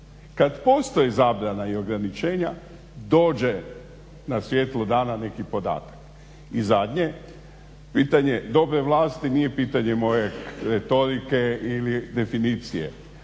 kada postoji zabrana i ograničenja dođe na svjetlo dana neki podatak. I zadnje pitanje dobre vlasti nije pitanje moje retorike ili definicije.